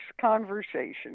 conversation